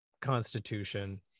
constitution